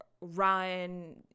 run